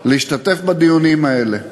להשתתף בדיונים האלה,